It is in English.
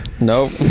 nope